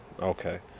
Okay